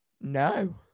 No